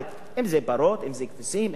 אם זה פרות, אם זה כבשים, אם זה עזים.